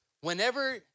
Whenever